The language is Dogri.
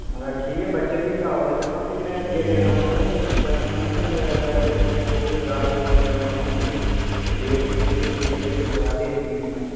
तां ठीक ऐ बच्चे भी कराई ओड़ो भी जमा भी में अग्गें देना पौंदा ना गल्ल समझदे ना अग्गें सबूत रकार्ड पूरा देना पौंदा ना भी डेट दिती दी होंदी लेट होए दा असेंगी बी पुनिशमेंट